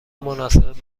مناسب